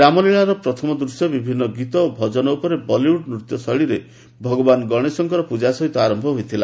ରାମଲୀଳାରା ପ୍ରଥମ ଦୁଶ୍ୟ ବିଭିନ୍ନ ଗୀତ ଏବଂ ଭଟ୍ଟନ ଉପରେ ବଲିଉଡ ନୁତ୍ୟ ଶୈଳୀରେ ଭଗବାନ ଗଣେଶଙ୍କ ପ୍ରଚ୍ଚା ସହିତ ଆରମ୍ଭ ହୋଇଥିଲା